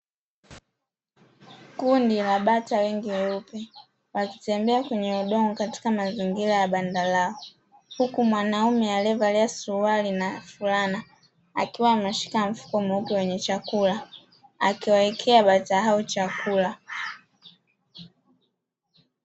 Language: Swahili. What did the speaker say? Kundi la bata wengi weupe wakitembea kwenye udongo katika mazingira ya banda lao. Huku mwanaume aliyevalia suruali na fulana akiwa ameshika mifuko mweupe wenye chakula, akiwaekea bata hao chakula.